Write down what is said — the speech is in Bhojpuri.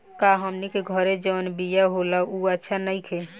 का हमनी के घरे जवन बिया होला उ अच्छा नईखे?